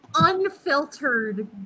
unfiltered